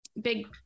big